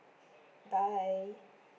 bye